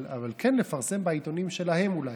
אבל כן לפרסם בעיתונים שלהם, אולי.